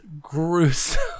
gruesome